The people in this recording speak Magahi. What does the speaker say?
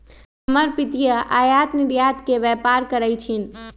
हमर पितिया आयात निर्यात के व्यापार करइ छिन्ह